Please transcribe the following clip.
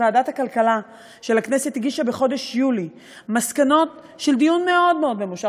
ועדת הכלכלה של הכנסת הגישה בחודש יולי מסקנות של דיון מאוד מאוד ממושך,